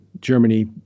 Germany